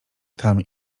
tam